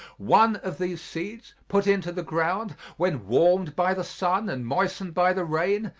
one of these seeds, put into the ground, when warmed by the sun and moistened by the rain,